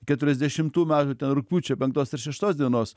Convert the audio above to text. keturiasdešimtų metų rugpjūčio penktos ar šeštos dienos